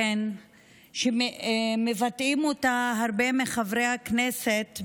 שמבטאים הרבה מחברי הכנסת,